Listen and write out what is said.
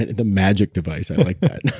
and the magic device, i like that.